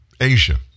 Asia